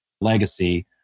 legacy